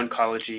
oncology